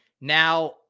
Now